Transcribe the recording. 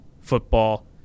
football